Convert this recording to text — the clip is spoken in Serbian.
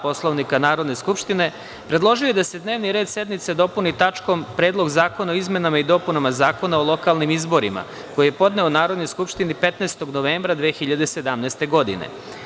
Poslovnika Narodne skupštine, predložio je da se dnevni red sednice dopuni tačkom – Predlog zakona o izmenama i dopunama Zakona o lokalnim izborima, koji je podneo Narodnoj skupštini 15. novembra 2017. godine.